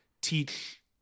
teach